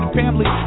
family